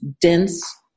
dense